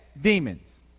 Demons